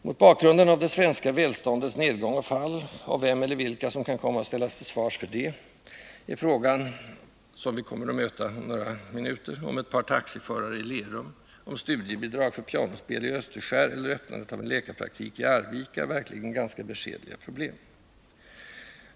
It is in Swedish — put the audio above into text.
Mot bakgrund av det svenska välståndets nedgång och fall, och vem eller vilka som kan komma att ställas till svars för detta, är sådana frågor som vi kommer att möta om ett par minuter och som gäller ett par taxiförare i Lerum, studiebidrag för pianospel i Österskär eller öppnandet av en läkarpraktik i Arvika verkligen ganska beskedliga problem.